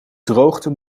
droogte